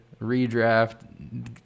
redraft